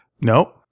No